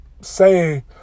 say